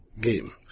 game